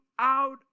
out